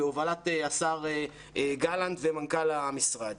בהובלת השר גלנט ומנכ"ל המשרד.